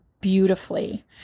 beautifully